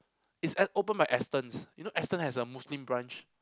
is at opened by Astons you know Astons has a Muslim branch